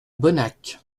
bonnac